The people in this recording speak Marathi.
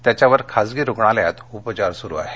त्याच्यावर खासगी रुग्णालयात उपचार सुरू आहेत